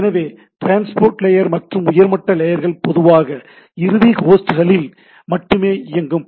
எனவே transport layer மற்றும் உயர்மட்ட லேயர்கள் பொதுவாக இறுதி ஹோஸ்ட்களில் மட்டுமே இயங்கும்